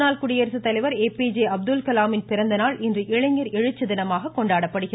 முன்னாள் குடியரசு தலைவர் ஏபிஜே அப்துல்கலாமின் பிறந்தநாள் இன்று இளைஞர் எழுச்சிதினமாக கொண்டாடப்படுகிறது